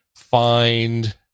find